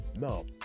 no